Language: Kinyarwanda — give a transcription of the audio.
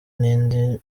n’indi